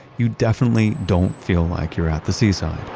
you definitely don't feel like you're at the seaside